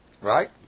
right